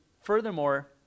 furthermore